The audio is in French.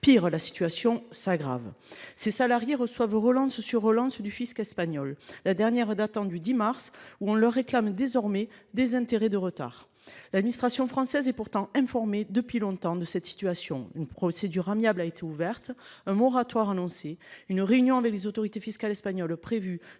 Pis, la situation s’aggrave. Ces salariés reçoivent relance sur relance du fisc espagnol, la dernière datant du 10 mars dernier. Des intérêts de retard leur sont même désormais réclamés ! L’administration française est pourtant informée depuis longtemps de cette situation. Une procédure amiable a été ouverte, un moratoire annoncé et une réunion avec les autorités fiscales espagnoles prévue